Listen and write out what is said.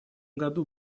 году